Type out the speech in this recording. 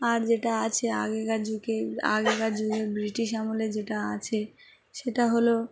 আর যেটা আছে আগেকার যুগে আগেকার যুগে ব্রিটিশ আমলে যেটা আছে সেটা হলো